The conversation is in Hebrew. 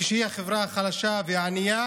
כשהיא החברה החלשה והענייה,